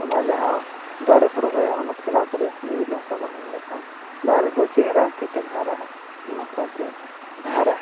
ᱚᱱᱟ ᱡᱟᱦᱟᱸ ᱫᱟᱨᱮ ᱠᱚ ᱨᱚᱦᱚᱭᱟ ᱚᱱᱟ ᱯᱷᱮᱰᱟᱛ ᱨᱮ ᱜᱩᱨᱤᱡ ᱦᱟᱥᱟ ᱵᱚᱱ ᱮᱢ ᱞᱮᱠᱷᱟᱱ ᱫᱟᱨᱮ ᱫᱚ ᱪᱮᱦᱨᱟ ᱠᱮᱴᱮᱡ ᱦᱟᱨᱟᱜᱼᱟ ᱱᱟᱯᱟᱭ ᱛᱮ ᱦᱟᱨᱟᱜᱼᱟ